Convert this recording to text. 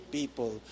people